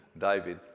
David